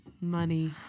Money